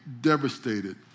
devastated